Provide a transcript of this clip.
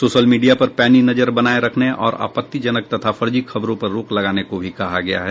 social media पर पैनी नजर बनाये रखने और आपत्तिजनक तथा फर्जी खबरों पर रोक लगाने को भी कहा गया है